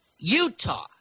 Utah